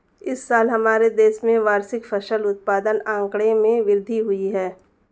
इस साल हमारे देश में वार्षिक फसल उत्पादन आंकड़े में वृद्धि हुई है